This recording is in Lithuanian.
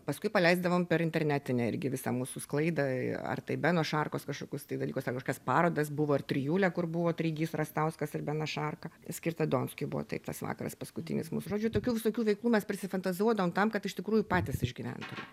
paskui paleisdavom per internetinę irgi visą mūsų sklaidą ar tai beno šarkos kažkokius tai dalykus ar kažkokias parodas buvo ir trijulė kur buvo treigys rastauskas ir benas šarka skirtą donskiui buvo taip tas vakaras paskutinis mūsų žodžiu tokių visokių veiklų mes prisifantazuodavom tam kad iš tikrųjų patys išgyventume